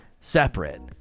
separate